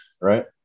right